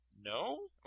no